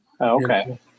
Okay